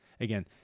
again